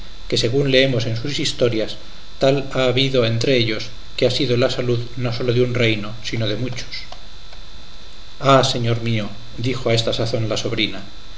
que según leemos en sus historias tal ha habido entre ellos que ha sido la salud no sólo de un reino sino de muchos ah señor mío dijo a esta sazón la sobrina